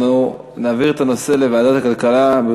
אנחנו נעביר את הנושא לוועדת הכלכלה.